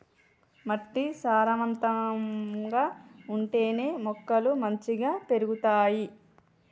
మట్టి సారవంతంగా ఉంటేనే మొక్కలు మంచిగ పెరుగుతాయి